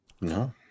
no